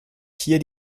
hier